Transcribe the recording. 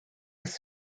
was